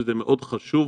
שזה מאוד חשוב.